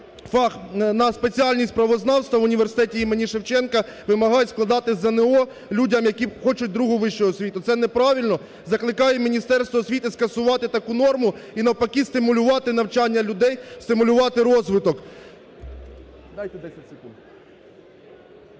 на спеціальність "Правознавство" в університеті імені Шевченка вимагають складати ЗНО людям, які хочуть другу вищу освіту, це неправильно. Закликаю Міністерство освіти скасувати таку норму і, навпаки, стимулювати навчання людей, стимулювати розвиток… ГОЛОВУЮЧИЙ.